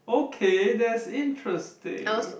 okay that's interesting